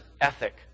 ethic